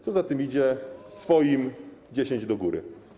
Co za tym idzie, swoim 10 do góry.